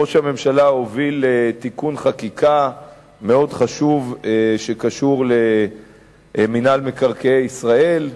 ראש הממשלה הוביל תיקון חקיקה מאוד חשוב שקשור למינהל מקרקעי ישראל,